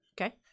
Okay